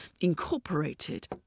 incorporated